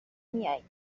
میائی